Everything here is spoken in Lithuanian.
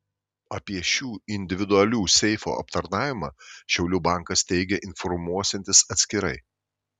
apie šių individualių seifų aptarnavimą šiaulių bankas teigia informuosiantis atskirai